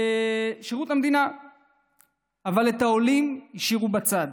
את העולים השאירו בצד.